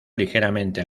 ligeramente